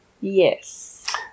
Yes